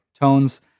tones